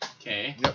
Okay